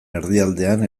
erdialdean